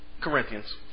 Corinthians